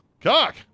Cock